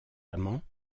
amants